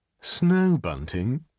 Snow-bunting